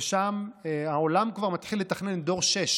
ושם העולם כבר מתחיל לתכנן דור 6,